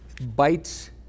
bites